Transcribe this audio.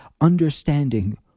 understanding